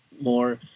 more